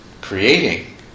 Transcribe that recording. creating